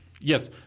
Yes